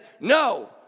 no